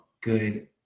good